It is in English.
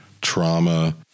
trauma